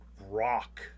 rock